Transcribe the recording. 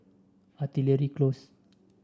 Artillery Close